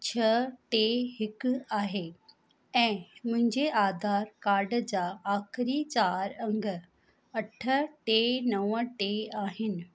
छह टे हिकु आहे ऐं मुहिंजे आधार कार्ड जा आखिरीं चारि अङ अठ टे नव टे आहिनि